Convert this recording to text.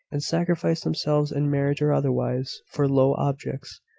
and sacrifice themselves, in marriage or otherwise, for low objects.